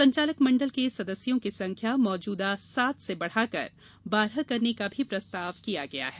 संचालक मंडल के सदस्यों की संख्या मौजूदा सात से बढ़ाकर बारह करने का भी प्रस्ताव किया गया है